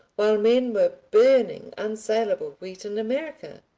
while men were burning unsalable wheat in america.